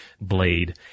blade